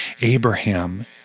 Abraham